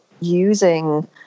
using